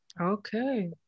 Okay